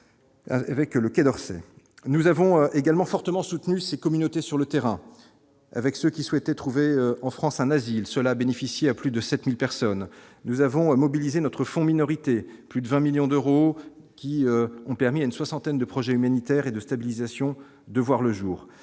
nous avons également fortement soutenu ces communautés sur le terrain, avec ce qu'souhaitaient trouver en France un asile cela bénéficier à plus de 7000 personnes, nous avons mobilisé notre fonds minorité, plus de 20 millions d'euros qui ont permis à une soixantaine de projets humanitaires et de stabilisation, de voir le jour